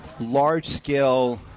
large-scale